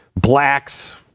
blacks